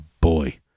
boy